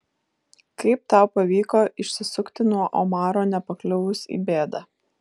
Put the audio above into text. kaip tau pavyko išsisukti nuo omaro nepakliuvus į bėdą